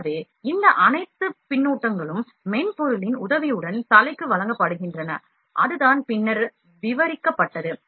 எனவே இந்த அனைத்து பின்னூட்டங்களும் மென்பொருளின் உதவியுடன் தலைக்கு வழங்கப்படுகின்றன அதுதான் பின்னர் விவரிக்கப்பட்டுள்ளது